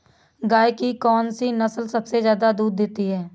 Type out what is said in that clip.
गाय की कौनसी नस्ल सबसे ज्यादा दूध देती है?